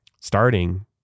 starting